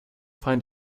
find